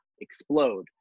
explode